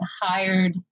hired